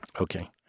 Okay